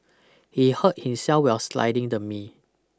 he hurt himself while sliding the me